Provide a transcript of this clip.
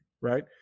right